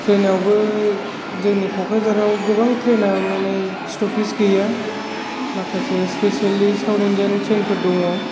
ट्रेनावबो जोंनि क'क्राझाराव गोबां ट्रेना माने स्टप'पेज गैया माखासे स्पेसेलि साउथ इण्डियान ट्रेनफोर दङ